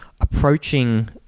approaching